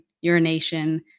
urination